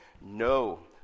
No